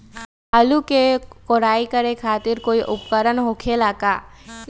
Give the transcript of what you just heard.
आलू के कोराई करे खातिर कोई उपकरण हो खेला का?